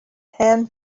hand